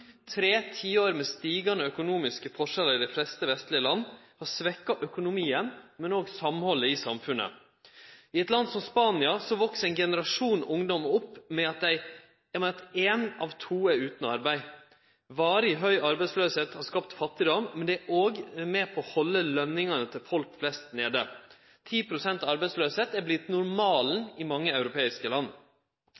Tre tiår med stigande økonomiske forskjellar i dei fleste vestlege land har svekt økonomien, men òg samhaldet i samfunnet. I eit land som Spania veks ein generasjon ungdom opp med at ein av to er utan arbeid. Varig høg arbeidsløyse har skapt fattigdom, men det er òg med på å halde løningane til folk flest nede. 10 pst. arbeidsløyse har vorte normalen